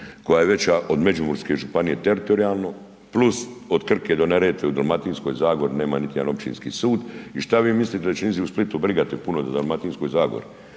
koja je veća od Međimurske županije teritorijalno + od Krke do Neretve u Dalmatinskoj zagori nema niti jedan općinski sud. I što vi mislite, .../Govornik se ne razumije./... Dalmatinskoj zagori?